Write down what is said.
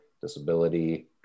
disability